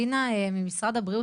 דינה ממשרד הבריאות,